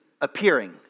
appearing